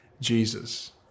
Jesus